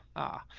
ah,